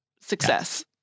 success